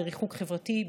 בריחוק חברתי,